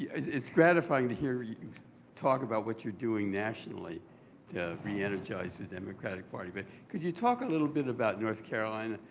it's gratifying to hear you talk about what you're doing nationally to re-energize the democratic party. but could you talk a little bit about north carolina?